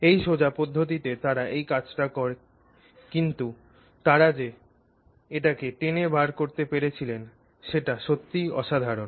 এই সোজা পদ্ধতিতে তারা এই কাজটা করে ফেলেন কিন্তু তারা যে এটাকে টেনে বার করতে পেরেছিলেন সেটা সত্যিই অসাধারণ